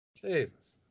Jesus